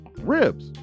ribs